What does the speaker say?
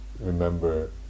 remember